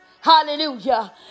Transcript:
hallelujah